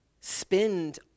spend